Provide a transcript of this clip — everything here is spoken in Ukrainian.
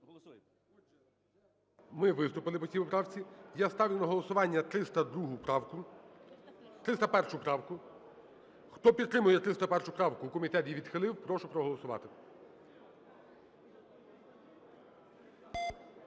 Ми виступили по цій поправці. Я ставлю на голосування 302 правку. (Шум у залі) 301 правку. Хто підтримує 301 правку, комітет її відхилив, прошу проголосувати.